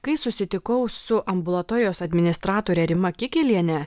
kai susitikau su ambulatorijos administratore rima kikiliene